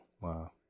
wow